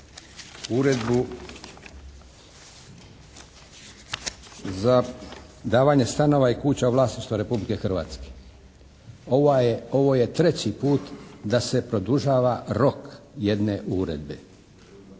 uredbu za davanje stanova i kuća vlasništva Republike Hrvatske. Ovo je treći put da se produžava rok jedne uredbe,